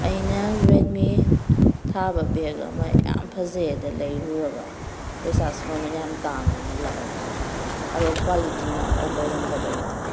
ꯑꯩꯅ ꯔꯦꯠꯃꯤ ꯊꯥꯕ ꯕꯦꯜ ꯑꯃ ꯌꯥꯝ ꯐꯖꯩꯑꯦꯗ ꯂꯩꯔꯨꯔꯒ ꯄꯩꯁꯥꯁꯨ ꯃꯃꯟ ꯌꯥꯝ ꯇꯥꯡꯅ ꯂꯧꯍꯧꯔꯒ ꯑꯗꯣ ꯀ꯭ꯋꯥꯂꯤꯇꯤꯅ ꯑꯝꯐꯧ ꯂꯩꯔꯝꯗꯕꯩ ꯋꯥꯅꯤ